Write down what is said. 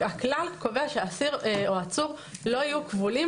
הכלל קובע שאסיר או עצור לא יהיו כבולים